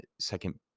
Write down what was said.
second